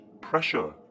pressure